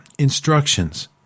instructions